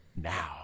now